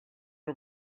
are